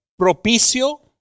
propicio